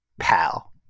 Pal